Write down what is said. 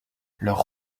leur